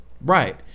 right